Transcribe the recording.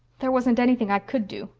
there wasn't anything i could do.